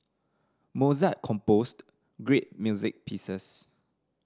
Mozart composed great music pieces